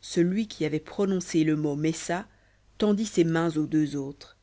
celui qui avait prononcé le mot messa tendit ses mains aux deux autres